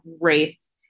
race